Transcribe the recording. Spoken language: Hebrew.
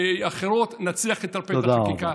נצליח לטרפד את החקיקה.